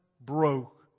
broke